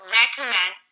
recommend